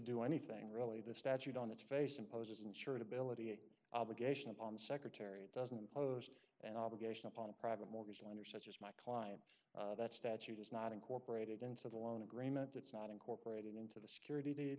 do anything really the statute on its face imposes insurability an obligation upon the secretary doesn't impose an obligation upon a private mortgage lender such as my client that statute is not incorporated into the loan agreement that's not incorporated into the security